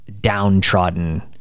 downtrodden